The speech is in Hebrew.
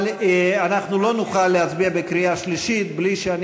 אבל אנחנו לא נוכל להצביע בקריאה שלישית בלי שאני